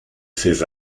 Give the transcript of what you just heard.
ces